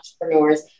entrepreneurs